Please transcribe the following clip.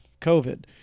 COVID